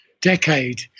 decade